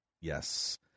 Yes